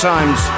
Times